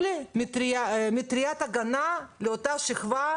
אנחנו כנראה שונות בדעות האלו.